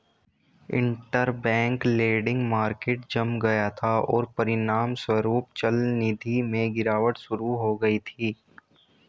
interbank lending market जम गया था, और परिणामस्वरूप चलनिधि में गिरावट शुरू हो गई थी